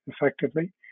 effectively